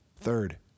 third